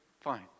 fine